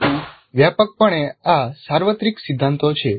પરંતુ વ્યાપકપણે આ સાર્વત્રિક સિદ્ધાંતો છે